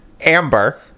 Amber